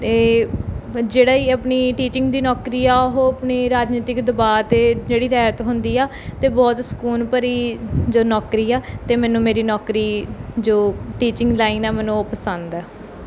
ਅਤੇ ਜਿਹੜਾ ਹੀ ਆਪਣੀ ਟੀਚਿੰਗ ਦੀ ਨੌਕਰੀ ਆ ਉਹ ਆਪਣੇ ਰਾਜਨੀਤਿਕ ਦਬਾਅ ਤੋਂ ਜਿਹੜੀ ਰਹਿਤ ਹੁੰਦੀ ਆ ਅਤੇ ਬਹੁਤ ਸਕੂਨ ਭਰੀ ਜੋ ਨੌਕਰੀ ਆ ਅਤੇ ਮੈਨੂੰ ਮੇਰੀ ਨੌਕਰੀ ਜੋ ਟੀਚਿੰਗ ਲਾਈਨ ਆ ਮੈਨੂੰ ਉਹ ਪਸੰਦ ਹੈ